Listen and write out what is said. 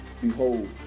Behold